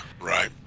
right